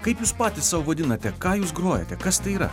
kaip jūs patys vadinate ką jūs grojate kas tai yra